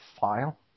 file